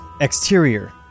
Exterior